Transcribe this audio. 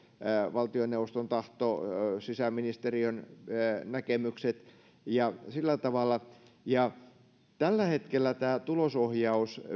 valtioneuvoston tahto sisäministeriön näkemykset ja sillä tavalla tällä hetkellä tämä tulosohjaus